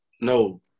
no